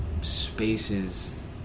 spaces